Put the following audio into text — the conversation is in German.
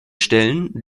stellen